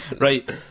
Right